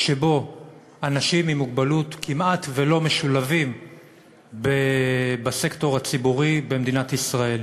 שבו אנשים עם מוגבלות כמעט שלא משולבים בסקטור הציבורי במדינת ישראל.